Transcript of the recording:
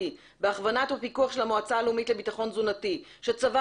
בהכוונה ופיקוח של המועצה האזורית לביטחון תזונתי שצבר